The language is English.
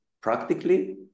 practically